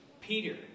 Peter